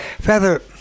Feather